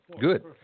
good